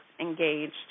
engaged